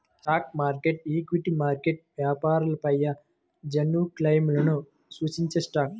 stock market, equity market వ్యాపారాలపైయాజమాన్యక్లెయిమ్లను సూచించేస్టాక్